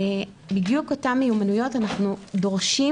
בדיוק אותן מיומנויות אנחנו דורשים